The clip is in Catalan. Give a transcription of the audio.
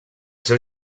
seu